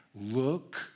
Look